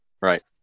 Right